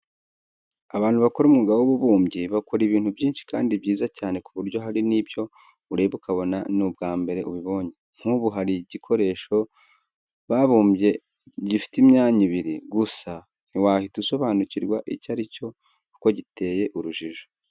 Abantu bakora umwuga w'ububumbyi bakora ibintu byinshi kandi byiza cyane ku buryo hari n'ibyo ureba ukabona ni ubwa mbere ubibonye. Nk'ubu hari igikoresho babumbye gufite imyanya ibiri, gusa ntiwahita usobanukirwa icyo ari cyo kuko giteye urujijo.